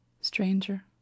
Stranger